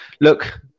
Look